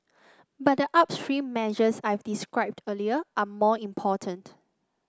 but the upstream measures I've described earlier are more important